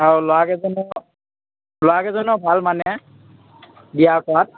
আৰু ল'ৰাকেইজনো ল'ৰাকেইজনো ভাল মানে দিয়া কৰাত